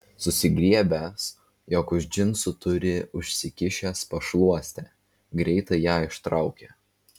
susigriebęs jog už džinsų turi užsikišęs pašluostę greitai ją ištraukė